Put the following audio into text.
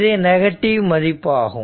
இது நெகட்டிவ் மதிப்பாகும்